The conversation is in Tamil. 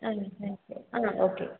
ah thank you ah okay